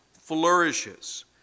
flourishes